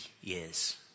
years